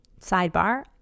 sidebar